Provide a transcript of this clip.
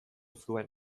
zuen